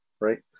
right